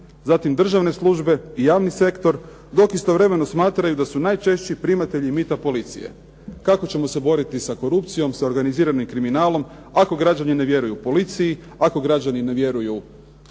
zatim državne službe, javni sektor. Dok istovremeno smatraju da su najčešći primatelji mita policija. Kako ćemo se boriti sa korupcijom sa organiziranim kriminalom ako građani ne vjeruju policiji, ako građani ne vjeruju